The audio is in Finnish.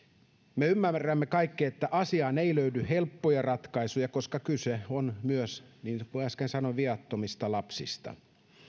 me kaikki ymmärrämme että asiaan ei löydy helppoja ratkaisuja koska kyse on myös niin kuin äsken sanoin viattomista lapsista